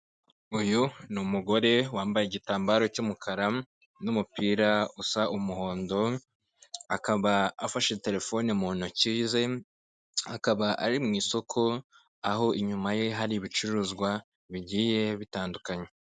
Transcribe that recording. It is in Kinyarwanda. Uyu ni umugore wambaye igitambaro cy'umukara n'umupira usa umuhondo akaba afashe terefone mu ntoki ze akaba ari mu isoko aho inyuma ye hari ibicuruzwa bigiye bitandukanye.